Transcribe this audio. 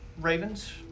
ravens